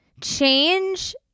change